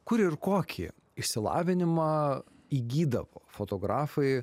kur ir kokį išsilavinimą įgydavo fotografai